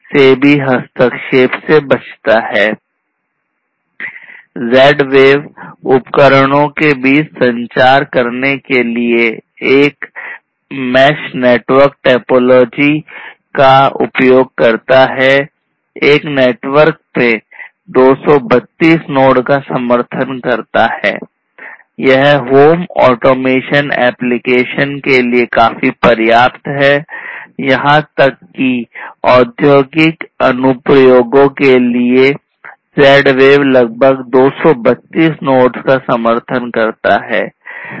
Z wave लगभग 232 nodes का समर्थन करता है